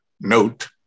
note